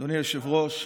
אדוני היושב-ראש,